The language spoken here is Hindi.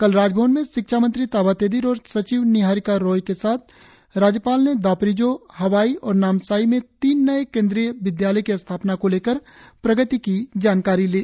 कल राजभवन में शिक्षा मंत्री ताबा तेदिर और सचिव निहारिका रॉय के साथ राज्यपाल ने दापोरिजो हवाई और नामसाई में तीन नए केंद्रीय विद्यालय की स्थापना को लेकर प्रगति की जानकारी ली